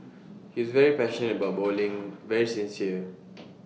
his very passionate about bowling very sincere